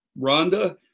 Rhonda